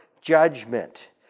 judgment